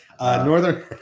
northern